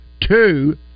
two